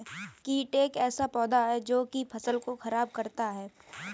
कीट एक ऐसा पौधा है जो की फसल को खराब करता है